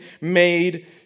made